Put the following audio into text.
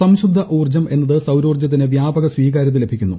സംശുദ്ധ ഊർജം എന്നത് സൌരോർജത്തിന് വ്യാപക സ്വീകാര്യത ലഭിക്കുന്നു